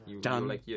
Done